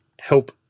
help